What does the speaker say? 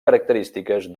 característiques